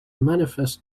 manifest